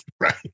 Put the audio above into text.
right